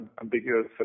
ambiguous